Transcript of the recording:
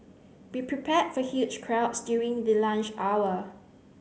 be prepared for huge crowds during the lunch hour